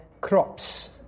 crops